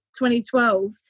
2012